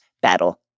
battle